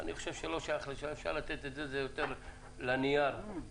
זה יותר לנייר.